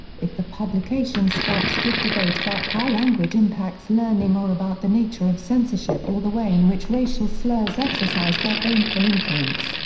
if the publication sparks good debate about how language impacts learning or about the nature of censorship or the way in which racial slurs exercise their baneful influence,